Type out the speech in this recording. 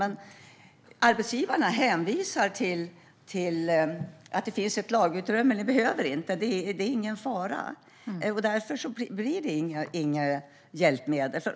Men arbetsgivarna hänvisar till att det finns ett lagutrymme: Ni behöver inte; det är ingen fara. Därför blir det inga hjälpmedel.